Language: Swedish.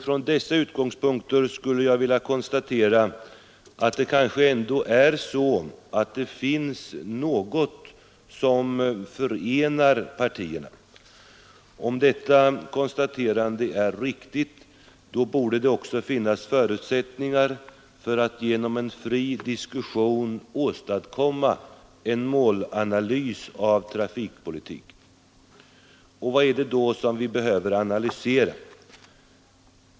Från dessa utgångspunkter skulle jag vilja konstatera att det kanske ändå finns något som förenar partierna. Om detta konstaterande är riktigt borde det också finnas förutsättningar för att genom en fri diskussion åstadkomma en målanalys av trafikpolitiken. Vad är det då som vi behöver analysera?